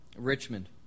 Richmond